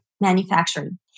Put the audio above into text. manufacturing